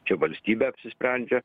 čia valstybė apsisprendžia